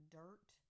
dirt